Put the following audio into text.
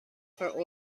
for